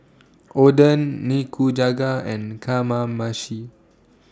Oden Nikujaga and Kamameshi